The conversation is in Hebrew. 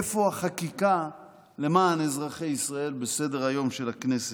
איפה החקיקה למען אזרחי ישראל בסדר-היום של הכנסת?